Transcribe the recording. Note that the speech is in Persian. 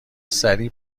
سریع